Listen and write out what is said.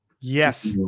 Yes